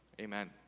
Amen